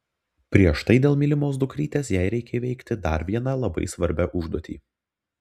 prieš tai dėl mylimos dukrytės jai reikia įveikti dar vieną labai svarbią užduotį